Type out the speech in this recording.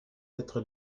être